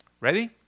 Ready